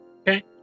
Okay